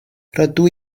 rydw